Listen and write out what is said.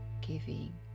giving